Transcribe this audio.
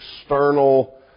external